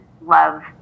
love